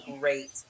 great